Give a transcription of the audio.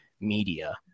media